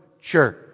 Church